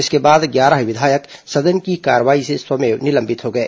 इसके बाद ग्यारह विधायक सदन की कार्रवाई से स्वमेव निलंबित हो गए